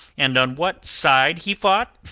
and on what side he fought?